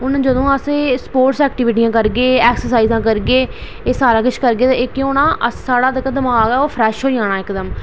हून जदूं अस स्पोर्टस करगे एह् सारा किश करगे ते केह् होना ओह् साढ़ा दमाग ऐ ओह् फ्रेश होई जाना इक दम